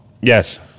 Yes